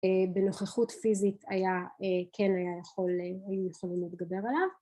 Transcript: אה... בנוכחות פיזית היה, אה.. כן היה יכול, היו יכולים להתגבר עליו